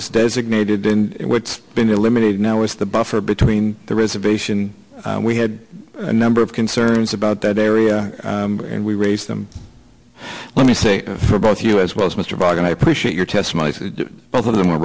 was designated then what's been eliminated now is the buffer between the reservation we had a number of concerns about that area and we raised them let me say for both of you as well as mr bach and i appreciate your testimony both of them are